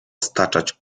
staczać